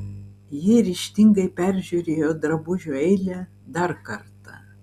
ji ryžtingai peržiūrėjo drabužių eilę dar kartą